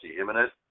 imminent